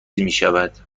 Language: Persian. میشود